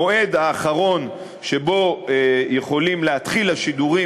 המועד האחרון שבו יכולים להתחיל השידורים